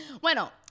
Bueno